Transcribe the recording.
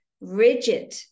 rigid